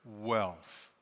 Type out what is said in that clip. wealth